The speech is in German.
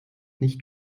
nicht